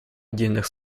отдельных